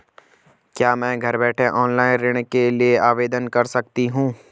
क्या मैं घर बैठे ऑनलाइन ऋण के लिए आवेदन कर सकती हूँ?